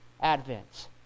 Advent